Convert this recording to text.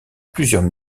plusieurs